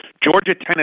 Georgia-Tennessee